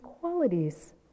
qualities